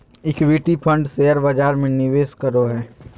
equity fund share बजार में निवेश करो हइ